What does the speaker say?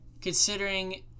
considering